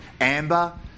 Amber